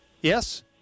Yes